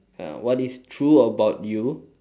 uh what is true about you